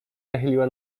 nachyliła